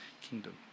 kingdom